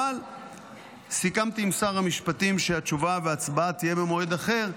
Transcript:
אבל סיכמתי עם שר המשפטים שתשובה והצבעה יהיו במועד אחר,